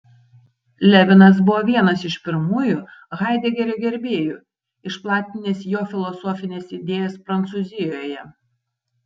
levinas buvo vienas iš pirmųjų haidegerio gerbėjų išplatinęs jo filosofines idėjas prancūzijoje